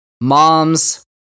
Moms